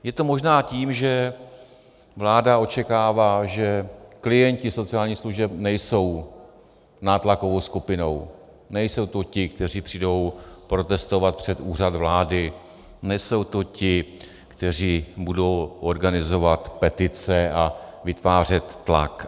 Je to možná tím, že vláda očekává, že klienti sociálních služeb nejsou nátlakovou skupinou, nejsou to ti, kteří přijdou protestovat před Úřad vlády, nejsou to ti, kteří budou organizovat petice a vytvářet tlak.